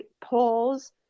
polls